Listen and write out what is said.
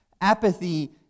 Apathy